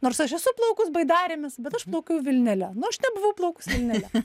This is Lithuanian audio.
nors aš esu plaukus baidarėmis bet aš plaukiau vilnele nu aš nebuvau plaukus vilnele